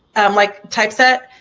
i'm like typeset,